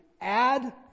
add